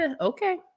okay